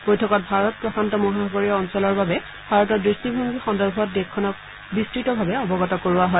বৈঠকত ভাৰত প্ৰশান্ত মহাসাগৰীয় অঞ্চলৰ বাবে ভাৰতৰ দৃষ্টিভংগী সন্দৰ্ভত দেশখনক বিস্ততভাবে অৱগত কৰোৱা হয়